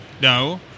No